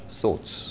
thoughts